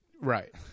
Right